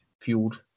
fueled